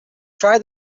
try